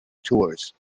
tours